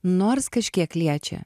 nors kažkiek liečia